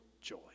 joy